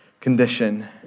condition